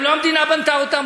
לא המדינה בנתה אותם.